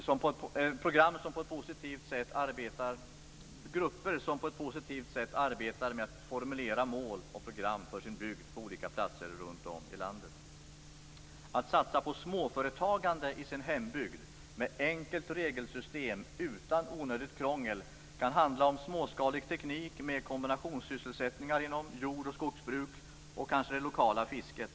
Det är viktigt med grupper som på ett positivt sätt arbetar med att formulera mål och program för sin bygd på olika platser runt om i landet. Det gäller att satsa på småföretagande i människors hembygd med ett enkelt regelsystem utan onödigt krångel. Det kan handla om småskalig teknik med kombinationssysselsättningar inom jord och skogsbruk och kanske inom det lokala fisket.